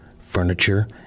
furniture